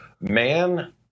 man